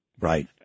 Right